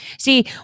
See